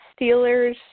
Steelers